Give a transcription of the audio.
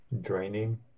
draining